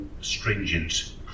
stringent